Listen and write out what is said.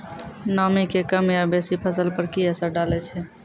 नामी के कम या बेसी फसल पर की असर डाले छै?